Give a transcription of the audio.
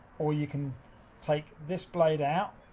or you can take this blade out,